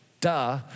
duh